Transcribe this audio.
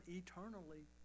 eternally